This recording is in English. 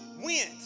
went